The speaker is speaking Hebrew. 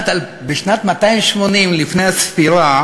בשנת 280 לפני הספירה